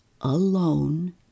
alone